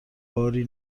باری